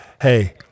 Hey